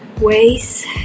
ways